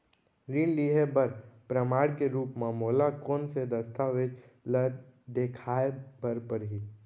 ऋण लिहे बर प्रमाण के रूप मा मोला कोन से दस्तावेज ला देखाय बर परही?